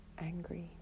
angry